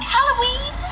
Halloween